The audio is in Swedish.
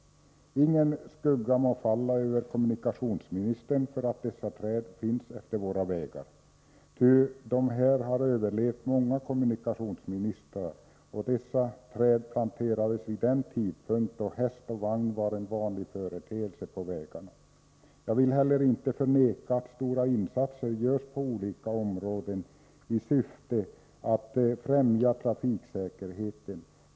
Ingen skugga må falla över kommunikationsministern för att dessa träd finns utefter våra vägar. De har överlevt många kommunikationsministrar, och de planterades i en tid då häst och vagn var en vanlig företeelse på vägarna. Jag vill inte heller förneka att stora insatser görs på olika områden i syfte att främja trafiksäkerheten.